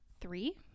three